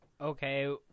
Okay